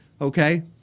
okay